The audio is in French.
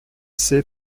sait